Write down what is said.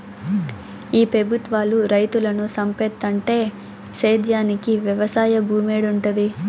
ఈ పెబుత్వాలు రైతులను సంపేత్తంటే సేద్యానికి వెవసాయ భూమేడుంటది